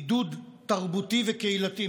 ועידוד תרבותי וקהילתי.